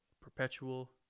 perpetual